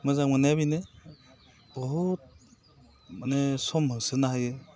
मोजां मोननाया बेनो बहुद माने सम होसोनो हायो